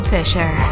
Fisher